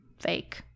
fake